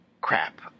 crap